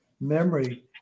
memory